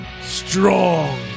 strong